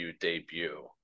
debut